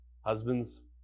husbands